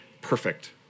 perfect